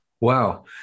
Wow